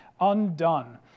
undone